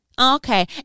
Okay